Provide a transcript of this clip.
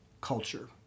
culture